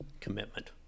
commitment